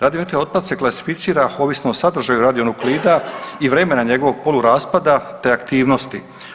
Radioaktivni otpad se klasificira ovisno o sadržaju radionukleida i vremena njegovog poluraspada, te aktivnosti.